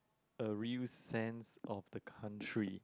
a real sense of the country